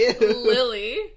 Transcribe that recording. Lily